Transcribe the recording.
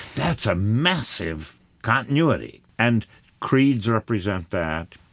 that's a massive continuity. and creeds represent that,